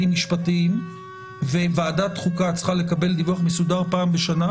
משפטיים ושוועדת החוקה צריכה לקבל דיווח מסודר פעם בשנה,